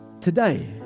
today